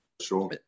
sure